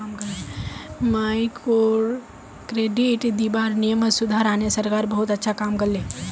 microcredit दीबार नियमत सुधार आने सरकार बहुत अच्छा काम कर ले